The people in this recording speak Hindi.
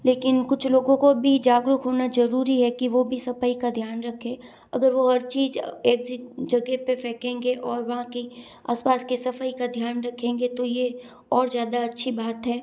लेकिन कुछ लोगों को भी जागरूक होना जरूरी है कि वह भी सफाई का ध्यान रखें अगर वह हर चीज ऐसी जगह पर फेकेंगे और वहाँ की आसपास की सफाई का ध्यान रखेंगे तो यह और ज़्यादा अच्छी बात है